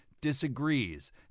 disagrees